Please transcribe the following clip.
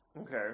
Okay